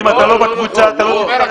אם אתה לא בקבוצה אתה לא תצטרף.